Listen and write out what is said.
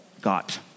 got